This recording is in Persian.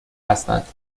هستند